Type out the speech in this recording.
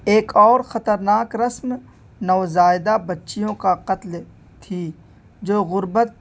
ایک اور خطرناک رسم نوزائیدہ بچیوں کا قتل تھی جو غربت